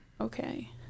Okay